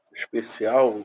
especial